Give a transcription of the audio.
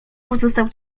pozostał